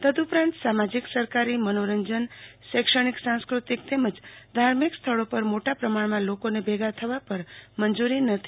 તદ્દઉપરાંત સામાજિકસરકારી મનોરંજન શૈક્ષણિક સાંસ્કૃતિક તેમજ ધાર્મિક સ્થળો પર મોટા પ્રમાણમાં લોકોને ભેગા થવા પર મંજૂરી નથી